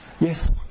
Yes